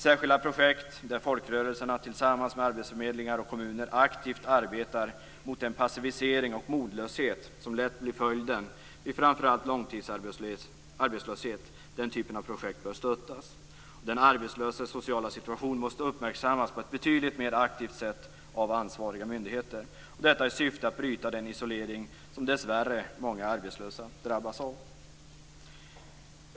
Särskilda projekt där folkrörelserna tillsammans med arbetsförmedlingar och kommuner aktivt arbetar mot den passivisering och modlöshet som lätt blir följden av framför allt långtidsarbetslöshet bör stöttas. Den arbetslöses sociala situation måste uppmärksammas på ett betydligt mer aktivt sätt av ansvariga myndigheter i syfte att bryta den isolering som dessvärre många arbetslösa drabbas av.